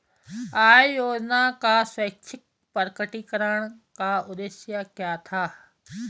आय योजना का स्वैच्छिक प्रकटीकरण का उद्देश्य क्या था?